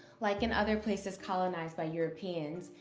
like in other places colonized by europeans,